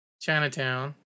Chinatown